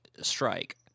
strike